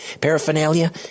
paraphernalia